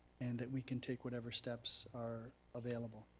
and that we can take whatever steps are available.